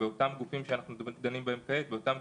הגופים הביטחוניים שאנחנו דנים בהם כעת.